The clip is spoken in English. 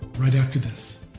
right after this.